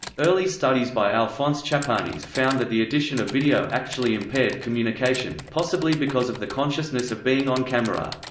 early studies by alphonse chapanis found that the addition of video actually impaired communication, possibly because of the consciousness of being on camera.